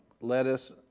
lettuce